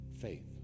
faith